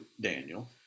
Daniel